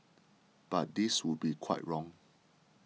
but this would be quite wrong